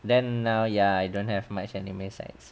then err ya I don't have much anime sites